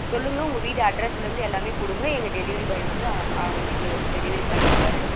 சொல்லுங்க உங்கள் வீடு அட்ரஸ்லருந்து எல்லாமே கொடுங்க எங்கள் டெலிவரி பாய் வந்து ஆ உங்களுக்கு டெலிவரி பண்ணிடுவார்